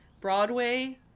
Broadway